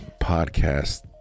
podcast